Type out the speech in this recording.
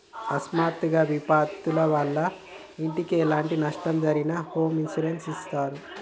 అకస్మాత్తుగా విపత్తుల వల్ల ఇంటికి ఎలాంటి నష్టం జరిగినా హోమ్ ఇన్సూరెన్స్ ఇత్తారు